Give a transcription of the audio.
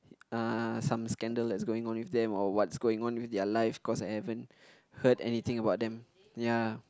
uh some scandal that's going on with them or what's going on with their life cause I haven't heard anything about them ya